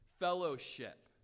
fellowship